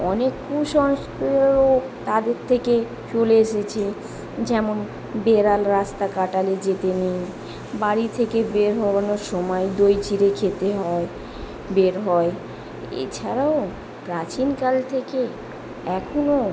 অনেক কুসংস্কারও তাদের থেকেই চলে এসেছে যেমন বেড়াল রাস্তা কাটলে যেতে নেই বাড়ি থেকে বের হওয়ানোর সময় দই চিঁড়ে খেতে হয় বের হয় এছাড়াও প্রাচীনকাল থেকে এখনো